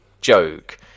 joke